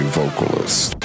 vocalist